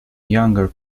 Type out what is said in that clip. younger